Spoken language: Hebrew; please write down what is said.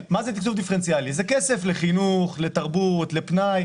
זה כסף לחינוך, תרבות ופנאי.